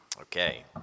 Okay